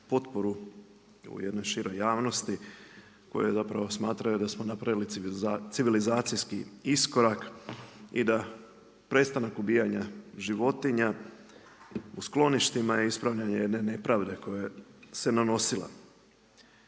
potporu u jednoj široj javnosti koju zapravo smatraju da smo napravili civilizacijski iskorak i da prestanak ubijanja životinja u skloništima je ispravljanje jedne neprave koja se nanosila.